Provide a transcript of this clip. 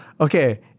okay